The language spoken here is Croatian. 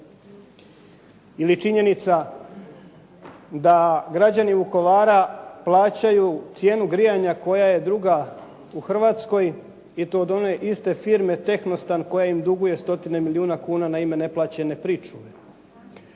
Ili činjenica da građani Vukovara plaćaju cijenu grijanja koja je druga u Hrvatskoj i to od one iste firme "Tehnostan" koja im duguje stotine milijuna kuna naime neplaćene pričuve.